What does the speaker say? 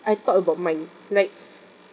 I thought about mine like